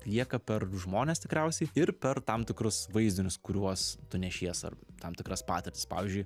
lieka per žmones tikriausiai ir per tam tikrus vaizdinius kuriuos tu nešies ar tam tikras patirtis pavyzdžiui